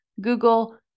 Google